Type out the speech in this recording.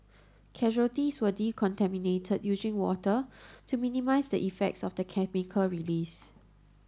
casualties were decontaminated using water to minimise the effects of the chemical release